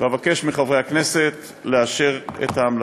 ואבקש מחברי הכנסת לאשר את ההמלצה.